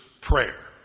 prayer